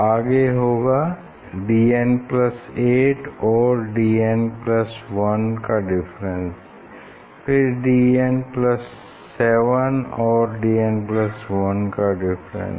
आगे होगा Dn8 और Dn1 का डिफरेंस फिर Dn7 और Dn1 का डिफरेंस